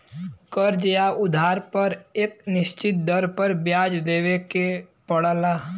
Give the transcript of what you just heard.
कर्ज़ या उधार पर एक निश्चित दर पर ब्याज देवे के पड़ला